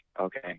Okay